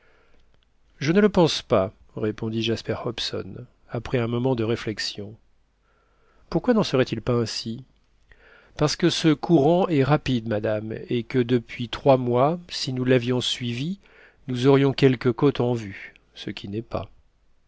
je ne le pense pas répondit jasper hobson après un moment de réflexion pourquoi n'en serait-il pas ainsi parce que ce courant est rapide madame et que depuis trois mois si nous l'avions suivi nous aurions quelque côte en vue ce qui n'est pas